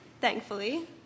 thankfully